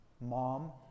mom